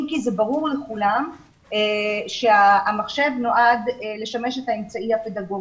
אם כי זה ברור לכולם שהמחשב נועד לשמש את האמצעי הפדגוגי.